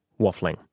waffling